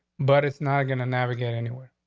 but it's not gonna navigate anywhere.